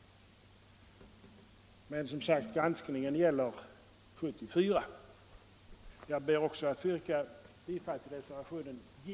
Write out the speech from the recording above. Men som sagt: granskningen gäller 1974. Jag ber också att få yrka bifall till reservationen J.